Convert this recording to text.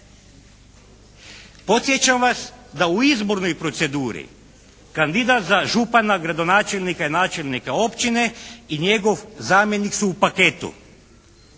Podsjećam vas da u izbornoj proceduri kandidat za župana, gradonačelnika i načelnika općine i njegov zamjenik su u paketu.